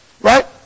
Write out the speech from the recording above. Right